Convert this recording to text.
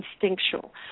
instinctual